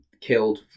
killed